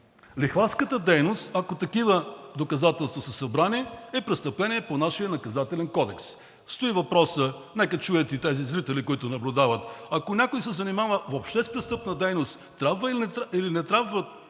Лихварската дейност, ако такива доказателства са събрани, е престъпление по нашия Наказателен кодекс. Стои въпросът – нека чуят и тези зрители, които наблюдават – ако някой се занимава въобще с престъпна дейност, трябва ли, или не трябва